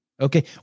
okay